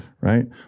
right